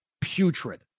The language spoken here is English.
putrid